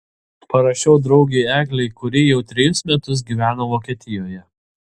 parašiau draugei eglei kuri jau trejus metus gyveno vokietijoje